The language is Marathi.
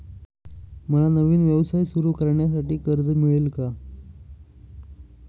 मला नवीन व्यवसाय सुरू करण्यासाठी कर्ज मिळेल का?